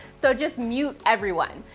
so just mute everyone.